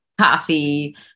coffee